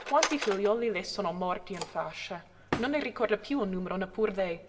quanti figliuoli le sono morti in fasce non ne ricorda piú il numero neppur lei